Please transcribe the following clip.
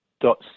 dot